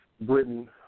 Britain